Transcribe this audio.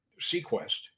Sequest